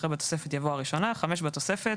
אחרי "בתוספת" יבוא "הראשונה"; (5)בתוספת,